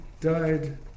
died